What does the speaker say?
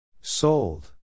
Sold